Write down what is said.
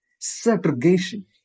segregation